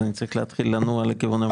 אז אני צריך להתחיל לנוע לכיוון המליאה.